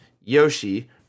Yoshi